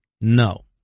No